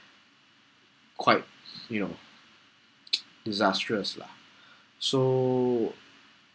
quite you know disastrous lah so